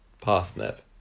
Parsnip